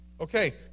Okay